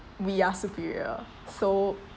we are superior so